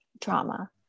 trauma